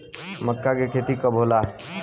मक्का के खेती कब होला?